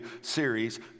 series